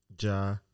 Ja